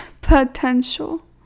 potential